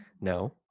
No